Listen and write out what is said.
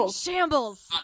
Shambles